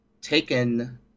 taken